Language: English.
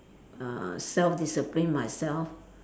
uh self disciplined myself